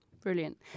brilliant